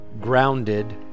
grounded